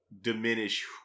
diminish